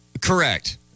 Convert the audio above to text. Correct